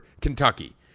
Kentucky